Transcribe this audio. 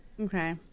Okay